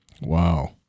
Wow